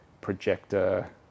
projector